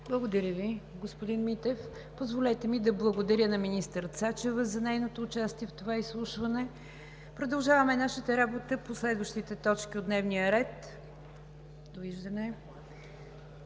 Благодаря Ви, господин Митев. Позволете ми да благодаря на министър Цачева за нейното участие в това изслушване. Довиждане. Продължаваме нашата работа по следващата точка от дневния ред: ДОКЛАД